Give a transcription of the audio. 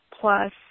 Plus